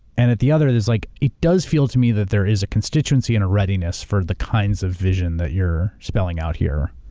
and at the other is like, it does feel to me that there is a constituency and a readiness for the kinds of vision that you're spelling out here,